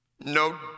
No